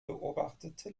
beobachtete